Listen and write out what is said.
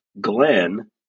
Glenn